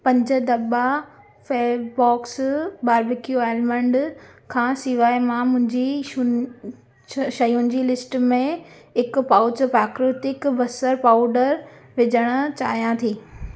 पंज दॿा fab box barbecue almond खां सवाइ मां मुंहिंजी शुन शयुनि जी लिस्ट में हिक पाउच प्राकृतिक बसर पाउडर विझण चाहियां थी